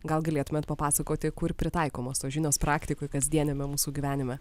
gal galėtumėt papasakoti kur pritaikomos tos žinios praktikoj kasdieniame mūsų gyvenime